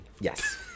Yes